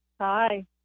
Hi